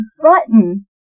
Button